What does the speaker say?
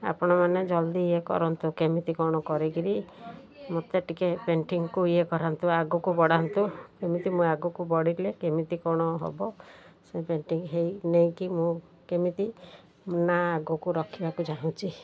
ଆପଣମାନେ ଜଲ୍ଦି ଇଏ କରନ୍ତୁ କେମିତି କ'ଣ କରିକିରି ମୋତେ ଟିକେ ପେଣ୍ଟିଙ୍ଗକୁ ଇଏ କରାନ୍ତୁ ଆଗକୁ ବଢ଼ାନ୍ତୁ କେମିତି ମୁଁ ଆଗକୁ ବଢ଼ିଲେ କେମିତି କ'ଣ ହବ ସେ ପେଣ୍ଟିଙ୍ଗ ହେଇ ନେଇକି ମୁଁ କେମିତି ନା ଆଗକୁ ରଖିବାକୁ ଚାହୁଁଛି